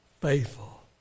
faithful